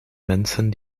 mensen